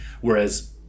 whereas